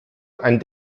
ein